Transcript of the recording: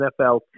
NFL